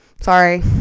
sorry